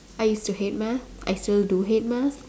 I used to hate math I still do hate math